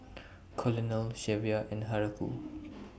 Colonel Shelvia and Haruko